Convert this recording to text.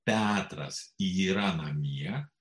petras yra namie